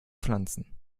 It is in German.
pflanzen